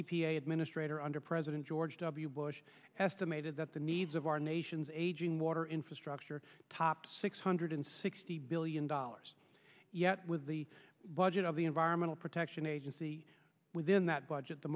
a administrator under president george w bush estimated that the needs of our nation's aging water infrastructure top six hundred sixty billion dollars yet with the budget of the environmental protection agency within that budget the